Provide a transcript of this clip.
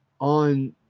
on